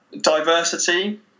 diversity